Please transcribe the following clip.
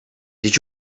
did